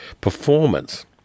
performance